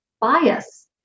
bias